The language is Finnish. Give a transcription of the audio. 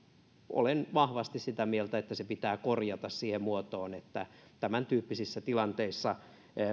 olen vahvasti sitä mieltä että se pitää korjata siihen muotoon että tämäntyyppisissä tilanteissa